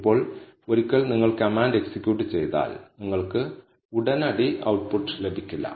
ഇപ്പോൾ ഒരിക്കൽ നിങ്ങൾ കമാൻഡ് എക്സിക്യൂട്ട് ചെയ്താൽ നിങ്ങൾക്ക് ഉടനടി ഔട്ട്പുട്ട് ലഭിക്കില്ല